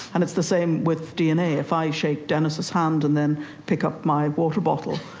and it's the same with dna. if i shake dennis's hand and then pick up my water bottle,